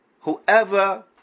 Whoever